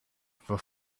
for